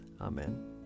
Amen